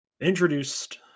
Introduced